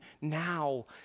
now